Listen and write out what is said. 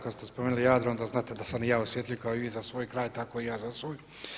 Kada ste spomenuli Jadro onda znate da sam i ja osjetljiv kao i vi za svoj kraj, tako i ja za svoj.